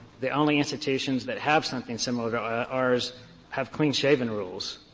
the only institutions that have something similar to ours have clean-shaven rules.